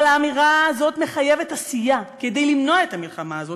אבל האמירה הזאת מחייבת עשייה כדי למנוע את המלחמה הזאת,